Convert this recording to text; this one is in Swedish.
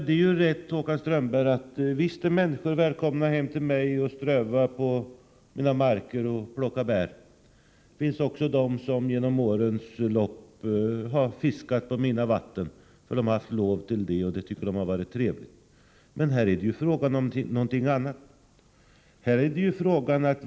Det är riktigt som Håkan Strömberg säger, att människor är välkomna hem till mig och ströva på mina marker och plocka bär. Det finns också de som under årens lopp har fiskat i mina vatten. De har haft lov till det, och de har tyckt att det har varit trevligt. Men här är det fråga om någonting annat.